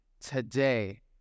today